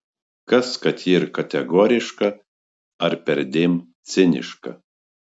kas kad ji ir kategoriška ar perdėm ciniška